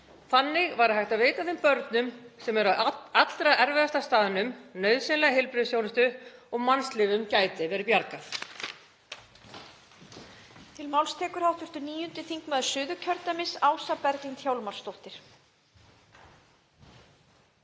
Þannig væri hægt að veita þeim börnum sem eru á allra erfiðasta staðnum nauðsynlega heilbrigðisþjónustu og mannslífum gæti verið bjargað.